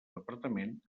departament